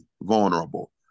vulnerable